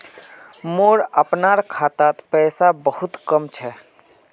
मोर अपनार खातात पैसा बहुत कम छ